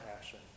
passion